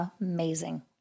amazing